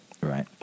right